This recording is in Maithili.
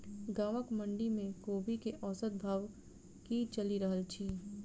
गाँवक मंडी मे कोबी केँ औसत भाव की चलि रहल अछि?